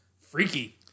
Freaky